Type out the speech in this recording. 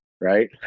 Right